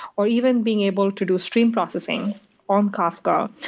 or even being able to do stream processing on kafka.